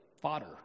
fodder